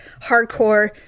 hardcore